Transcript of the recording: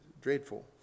dreadful